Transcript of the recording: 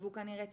והוא כנראה צדק.